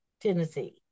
Tennessee